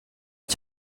cyo